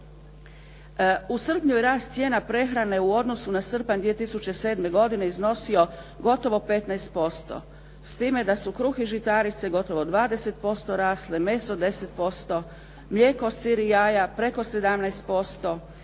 U srpnju je rast cijena prehrane u odnosu na srpanj 2007. godine iznosio gotovo 15%. S time da su kruh i žitarice gotovo 20% rasle, meso 10%, mlijeko, sir i jaja preko 17%,